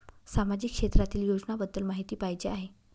सामाजिक क्षेत्रातील योजनाबद्दल माहिती पाहिजे आहे?